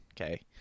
okay